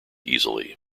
easily